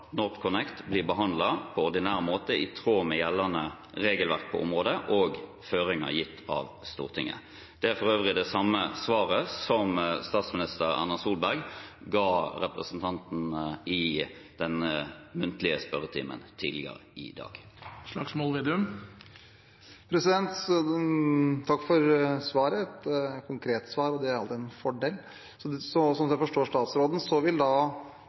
NorthConnect bli behandlet på ordinær måte, i tråd med gjeldende regelverk på området og føringer gitt av Stortinget. Det er for øvrig det samme svaret som statsminister Erna Solberg ga representanten i den muntlige spørretimen tidligere i dag. Takk for svaret – et konkret svar, og det er alltid en fordel. Slik som jeg forstår statsråden, vil